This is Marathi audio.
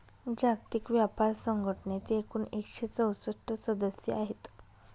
जागतिक व्यापार संघटनेत एकूण एकशे चौसष्ट सदस्य आहेत